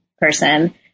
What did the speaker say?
person